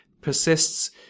persists